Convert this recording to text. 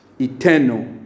Eternal